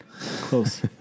Close